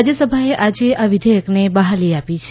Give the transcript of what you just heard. રાજ્યસભાએ આજે આ વિધેયકને બહાલી આપી છે